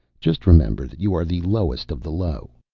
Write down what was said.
just remember that you are the lowest of the low.